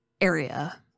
area